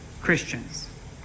Christians